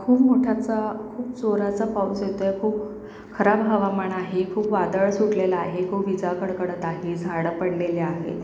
खूप मोठाचा खूप जोराचा पाऊस येतो आहे खूप खराब हवामान आहे खूप वादळ सुटलेलं आहे खूप विजा कडकडत आहे झाडं पडलेले आहे